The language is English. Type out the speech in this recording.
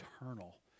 eternal